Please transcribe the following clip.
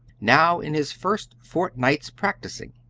now in his first fortnight's practising.